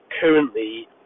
currently